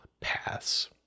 paths